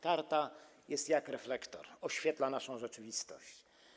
Karta jest jak reflektor: oświetla naszą rzeczywistość.